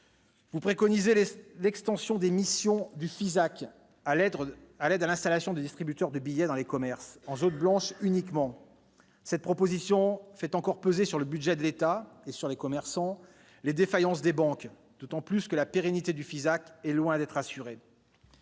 services, l'artisanat et du commerce, le FISAC, à l'aide à l'installation de distributeurs de billets dans les commerces, en zone blanche uniquement. C'est une bonne idée ! Cette proposition fait encore peser sur le budget de l'État, et sur les commerçants, les défaillances des banques, d'autant plus que la pérennité du FISAC est loin d'être assurée.